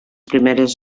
primeres